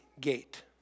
gate